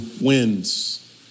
wins